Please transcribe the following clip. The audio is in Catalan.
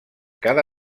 cada